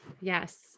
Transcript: Yes